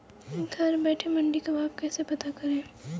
घर बैठे मंडी का भाव कैसे पता करें?